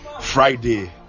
friday